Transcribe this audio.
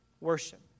worship